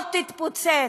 שעוד תתפוצץ.